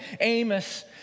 Amos